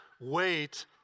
wait